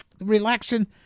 relaxing